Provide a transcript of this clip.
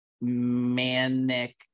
Manic